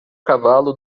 cavalo